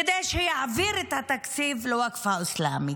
כדי שיעביר את התקציב לווקף האסלאמי.